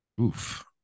Oof